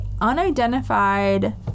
unidentified